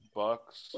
bucks